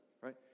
right